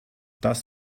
das